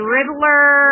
Riddler